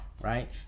right